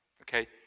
okay